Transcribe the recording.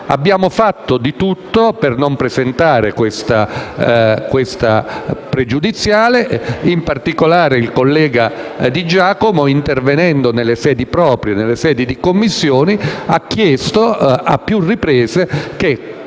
abbiamo fatto di tutto per non presentare questa questione pregiudiziale. In particolare il collega Di Giacomo, intervenendo nelle sedi proprie di Commissione, ha chiesto a più riprese che